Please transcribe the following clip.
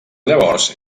llavors